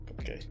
Okay